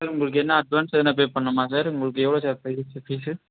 உங்களுக்கு என்ன அட்வான்ஸ் எதனா பே பண்ணுமா சார் உங்களுக்கு எவ்வளோ சார் ஃபீசு